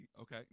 Okay